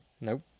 nope